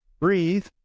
breathe